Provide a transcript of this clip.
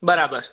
બરાબર